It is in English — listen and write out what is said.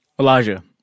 Elijah